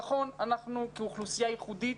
נכון, אנחנו כאוכלוסייה ייחודית,